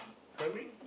primary